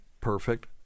perfect